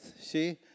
See